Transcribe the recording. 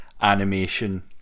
animation